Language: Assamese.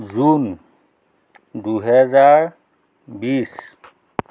জুন দুহেজাৰ বিছ